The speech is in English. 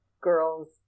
girls